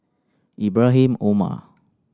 Ibrahim Omar